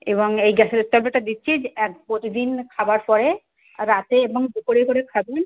এবং এই গ্যাসের ট্যাবলেটটা দিচ্ছি যে এক প্রতিদিন খাবার পরে রাতে এবং দুপুরে করে খাবেন